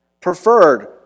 Preferred